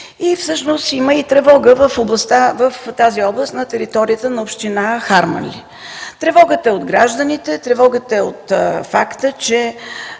в Сирия. Има тревога в тази област на територията на община Харманли. Тревогата е от гражданите, тревогата е от факта, че